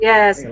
Yes